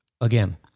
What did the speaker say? again